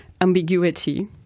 ambiguity